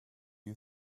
you